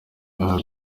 aha